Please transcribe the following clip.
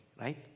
Right